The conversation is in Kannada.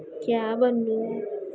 ಕ್ಯಾಬನ್ನು